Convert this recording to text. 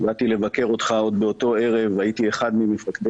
באתי לבקר אותך עוד באותו ערב, הייתי אחד ממפקדיך,